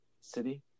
City